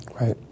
right